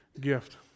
gift